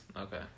Okay